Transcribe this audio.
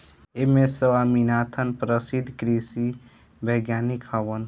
M S Swaminathan प्रसिद्ध कृषि वैज्ञानिक हवन